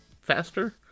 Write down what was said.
faster